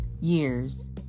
years